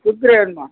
sugar வேணுமா